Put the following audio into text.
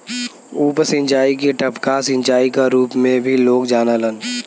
उप सिंचाई के टपका सिंचाई क रूप में भी लोग जानलन